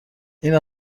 این